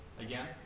again